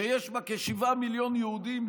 שיש בה כשבעה מיליון יהודים,